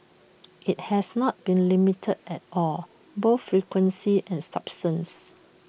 IT has not been limited at all both frequency and substance